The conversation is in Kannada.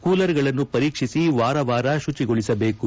ಕೂಲರ್ಗಳನ್ನು ಪರೀಕ್ಷಿಸಿ ವಾರ ವಾರ ಕುಚಿಗೊಳಿಸಬೇಕು